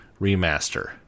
remaster